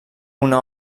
una